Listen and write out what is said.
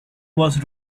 was